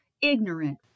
ignorant